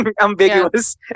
ambiguous